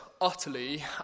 utterly